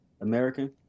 American